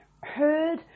heard